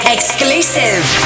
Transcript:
Exclusive